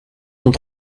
sont